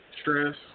stress